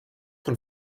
vom